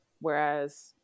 Whereas